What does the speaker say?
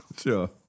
Sure